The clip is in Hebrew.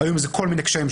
והיו עם זה כל מיני קשיים,